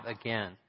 again